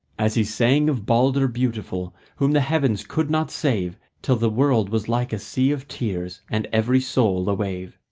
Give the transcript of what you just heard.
as he sang of balder beautiful, whom the heavens could not save, till the world was like a sea of tears and every soul a wave.